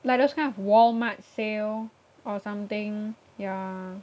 like those kind of Walmart sale or something yeah